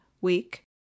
week